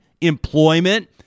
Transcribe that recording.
employment